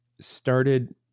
started